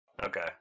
Okay